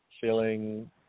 feeling